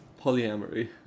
Polyamory